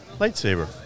lightsaber